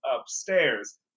upstairs